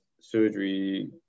surgery